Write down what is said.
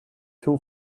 two